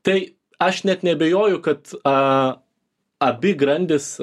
tai aš net neabejoju kad a abi grandys